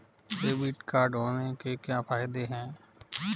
Debit card होने के क्या फायदे हैं?